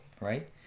right